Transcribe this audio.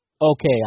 okay